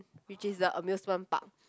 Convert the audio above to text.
which is the amusement park